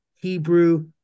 Hebrew